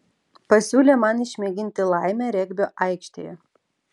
pasiūlė man išmėginti laimę regbio aikštėje